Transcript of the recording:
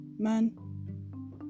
man